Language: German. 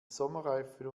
sommerreifen